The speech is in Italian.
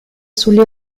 sulle